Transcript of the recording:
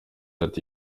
ati